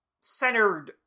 centered